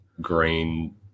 green